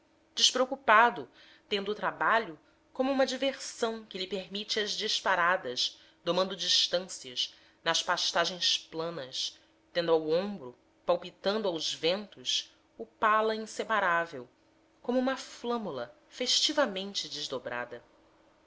despreocupado tendo o trabalho como uma diversão que lhe permite as disparadas domando distâncias nas pastagens planas tendo aos ombros palpitando aos ventos o pala inseparável como uma flâmula festivamente desdobrada